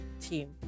team